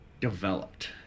developed